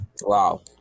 Wow